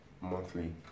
monthly